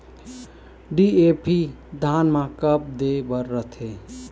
DAP धान मे कब दे बर रथे?